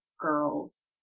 girls